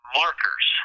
markers